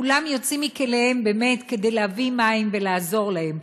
כולם יוצאים מכליהם באמת כדי להביא מים ולעזור להם.